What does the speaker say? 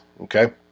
okay